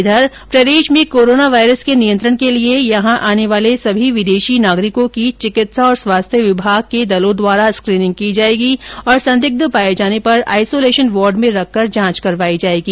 इधर प्रदेश में कोरोना वायरस के नियंत्रण के लिए यहां आने वाले सभी विदेशी नागरिकों की चिकित्सा और स्वास्थ्य विभाग के दलों द्वारा स्कीनिंग की जाएगी और संदिग्ध पाए जाने पर आइसोलेशन वार्ड में रखकर जांच करवायी जाएगी